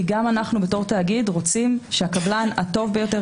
כי גם אנחנו בתור תאגיד רוצים שהקבלן הטוב ביותר,